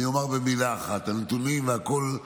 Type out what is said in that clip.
אני אומר במילה אחת, הנתונים והכול,